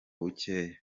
bukeya